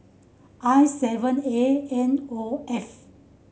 I seven A N O F